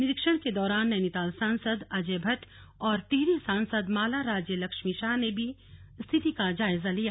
निरीक्षण के दौरान नैनीताल सांसद अजय भट्ट और टिहरी सांसद माला राज्य लक्ष्मी शाह ने भी स्थिति का जायजा लिया